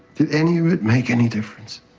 did any of it make any difference?